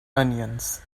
onions